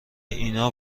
اینا